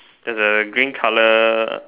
there's a green color